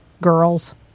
Girls